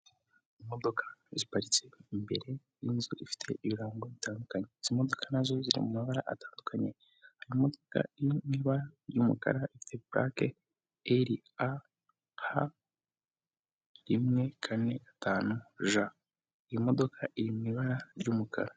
Imodoka ziparitse imbere y'inzu ifite ibirango bitandukanye. Izi modoka na zo ziri mu mabara atandukanye. Imodoka iri mu ibara ry'umukara ifite purake eri, ha, ja, rimwe, kane, gatanu, ja. Iyi modoka iri mu ibara ry'umukara.